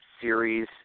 series